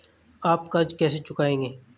आप कर्ज कैसे चुकाएंगे?